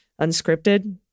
unscripted